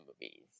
movies